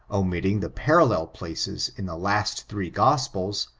omitting the parallel places in the last three gospels,